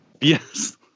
Yes